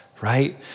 right